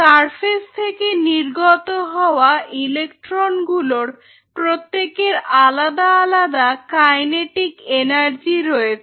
surface থেকে নির্গত হওয়া ইলেকট্রন গুলোর প্রত্যেকের আলাদা আলাদা কাইনেটিক এনার্জি রয়েছে